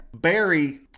Barry